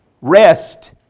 Rest